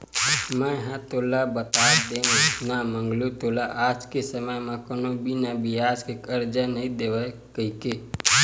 मेंहा तो तोला बता देव ना मंगलू तोला आज के समे म कोनो बिना बियाज के करजा नइ देवय कहिके